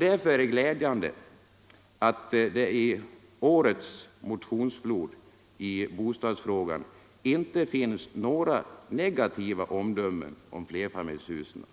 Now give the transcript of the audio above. Därför är det glädjande att det i årets motionsflod i bostadsfrågan inte finns några negativa omdömen om flerfamiljshusen.